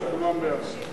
ועדת הכנסת